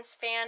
fan